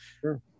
Sure